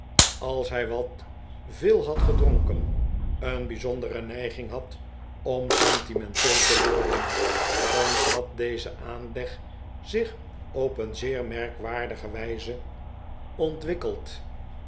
als hij wat veel had gedronken een bijzondere neiging had om sentimenteel te worden thans had deze aanleg zich op een zeer merkwaardige wijze ontwikkeld